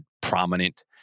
prominent